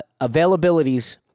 availabilities